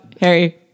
harry